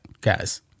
guys